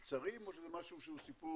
קצרים, או שזה סיפור?